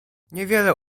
niewiele